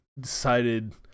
decided